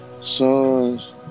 sons